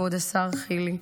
כבוד השר חילי,